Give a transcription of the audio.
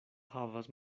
havas